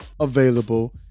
available